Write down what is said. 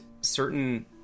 certain